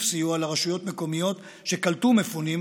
סיוע לרשויות מקומיות שקלטו מפונים,